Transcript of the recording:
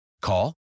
Call